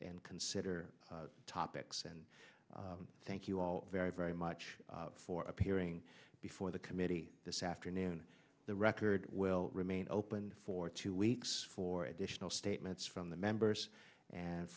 and consider topics and thank you all very very much for appearing before the committee this afternoon the record will remain open for two weeks for additional statements from the members and